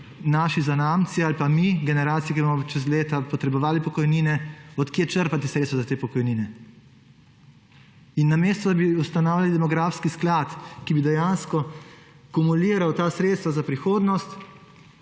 naši zanamci ali pa mi, generacija, ki bomo čez leta potrebovali pokojnine, od kje črpati sredstva za te pokojnine. In namesto, da bi ustanavljali demografski sklad, ki bi dejansko kumuliral ta sredstva za prihodnost,